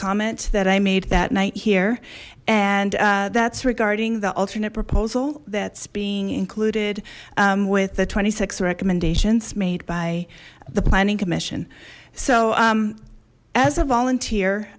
comment that i made that night here and that's regarding the alternate proposal that's being included with the twenty six recommendations made by the planning commission so as a volunteer